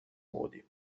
modi